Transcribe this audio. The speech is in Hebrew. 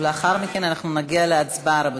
ולאחר מכן אנחנו נעבור להצבעה, רבותי.